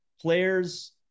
players